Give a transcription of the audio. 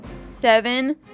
seven